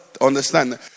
Understand